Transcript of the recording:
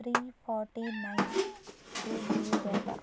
three forty nine two GB data